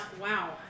Wow